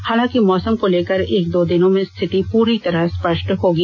हालांकि मौसम को लेकर एक दो दिनों में स्थिति पूरी तरह स्पष्ट होगी